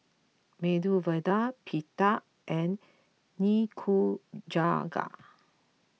Medu Vada Pita and Nikujaga